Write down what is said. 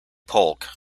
polk